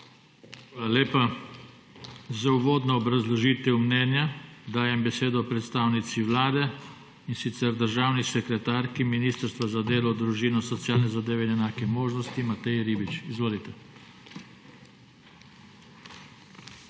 Hvala lepa. Za uvodno obrazložitev mnenja dajem besedo predstavnici Vlade, in sicer državni sekretarki Ministrstva za delo, družino, socialne zadeve in enake možnosti Mateji Ribič. Izvolite. MATEJA